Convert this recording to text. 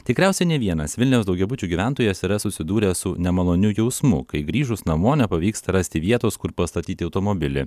tikriausiai ne vienas vilniaus daugiabučio gyventojas yra susidūręs su nemaloniu jausmu kai grįžus namo nepavyksta rasti vietos kur pastatyti automobilį